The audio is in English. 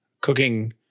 cooking